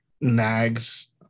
nags